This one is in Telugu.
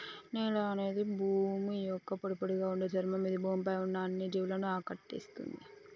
నేల అనేది భూమి యొక్క పొడిపొడిగా ఉండే చర్మం ఇది భూమి పై ఉన్న అన్ని జీవులను ఆకటేస్తుంది